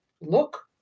look